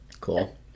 Cool